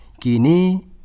kini